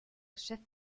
geschäft